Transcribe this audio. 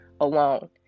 alone